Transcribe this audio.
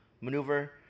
maneuver